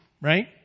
Right